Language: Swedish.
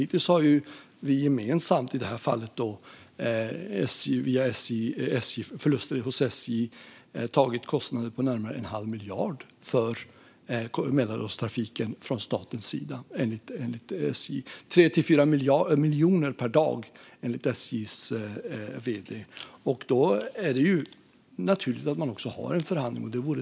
Hittills har vi gemensamt, i detta fall via förluster hos SJ, tagit kostnader på närmare en halv miljard för Mälardalstrafiken från statens sida enligt SJ - 3-4 miljoner kronor per dag enligt SJ:s vd. Då är det naturligt att man också har en förhandling.